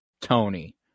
Tony